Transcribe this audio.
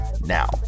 Now